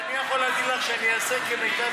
אני יכול להגיד לך שאני אעשה כמיטב